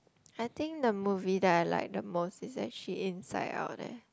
I think the movie that I like the most is actually inside out eh